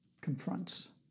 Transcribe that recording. confronts